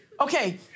Okay